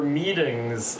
meetings